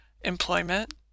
employment